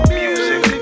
music